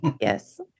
Yes